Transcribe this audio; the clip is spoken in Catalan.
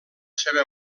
seva